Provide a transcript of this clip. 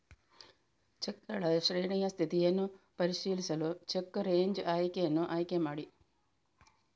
ಚೆಕ್ಗಳ ಶ್ರೇಣಿಯ ಸ್ಥಿತಿಯನ್ನು ಪರಿಶೀಲಿಸಲು ಚೆಕ್ ರೇಂಜ್ ಆಯ್ಕೆಯನ್ನು ಆಯ್ಕೆ ಮಾಡಿ